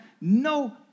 no